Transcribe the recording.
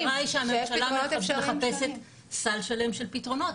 האמירה היא שהממשלה מחפשת סל שלם של פתרונות,